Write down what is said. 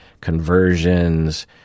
conversions